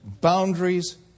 boundaries